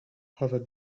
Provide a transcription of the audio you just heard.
her